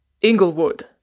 Inglewood